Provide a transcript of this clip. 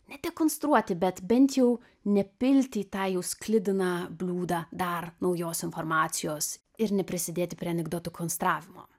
ne tik konstruoti bet bent jau nepilti į tą jų sklidiną bliūdą dar naujos informacijos ir neprisidėti prie anekdotų konstravimo